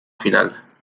final